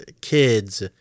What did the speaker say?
kids